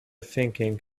thinking